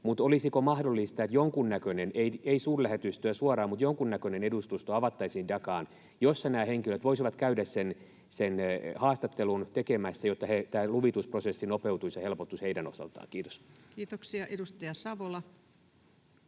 suoraan, mutta jonkunnäköinen edustusto — avattaisiin Dhakaan, jossa nämä henkilöt voisivat käydä sen haastattelun tekemässä, jotta luvitusprosessi nopeutuisi ja helpottuisi heidän osaltaan? — Kiitos. [Speech